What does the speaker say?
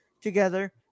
together